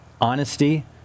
Honesty